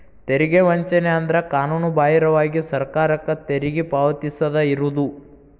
ತೆರಿಗೆ ವಂಚನೆ ಅಂದ್ರ ಕಾನೂನುಬಾಹಿರವಾಗಿ ಸರ್ಕಾರಕ್ಕ ತೆರಿಗಿ ಪಾವತಿಸದ ಇರುದು